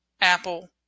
Apple